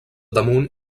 damunt